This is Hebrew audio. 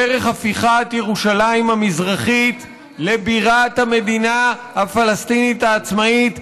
דרך הפיכת ירושלים המזרחית לבירת המדינה הפלסטינית העצמאית,